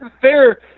fair